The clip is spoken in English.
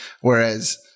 Whereas